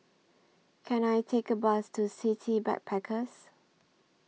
Can I Take A Bus to City Backpackers